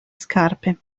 scarpe